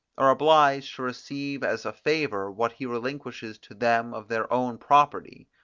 are obliged to receive as a favour what he relinquishes to them of their own property.